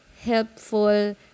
helpful